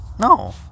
No